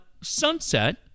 Sunset